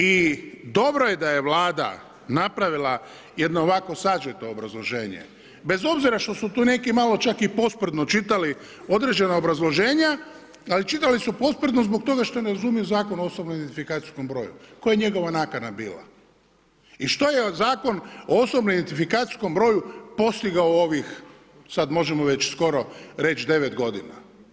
I dobro je da je Vlada napravila jedno ovako sažeto obrazloženje, bez obzira što su tu neki malo čak i posprdno čitali određena obrazloženja, ali čitali su posprdno zbog toga što ne razumiju Zakon o osobnom identifikacijskom broju, koja je njegova nakana bila i što je Zakon o OIB-u postigao u ovih, sad možemo već skoro reć 9 godina.